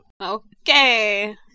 Okay